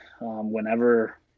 whenever